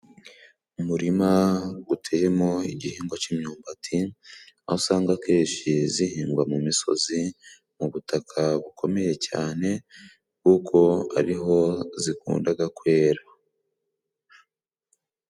Mu murima uteyemo igihingwa cy'imyumbati, aho usanga akenshi zihingwa mu misoz,i mu butaka bukomeye cyane, kuko ari ho zikundaga kwera.